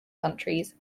countries